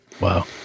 Wow